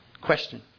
Question